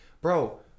bro